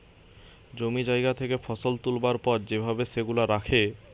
জমি জায়গা থেকে ফসল তুলবার পর যে ভাবে সেগুলা রাখে